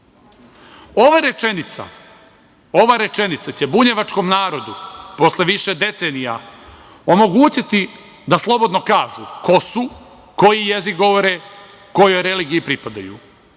Ova rečenica će bunjevačkom narodu, posle više decenija, omogućiti da slobodno kažu ko su, koji jezik govore, kojoj religiji pripadaju.